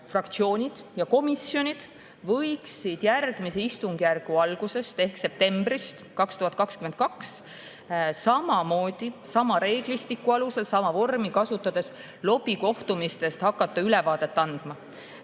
fraktsioonid ja komisjonid võiksid järgmise istungjärgu algusest ehk septembrist 2022 samamoodi, sama reeglistiku alusel, sama vormi kasutades hakata lobikohtumistest ülevaadet andma.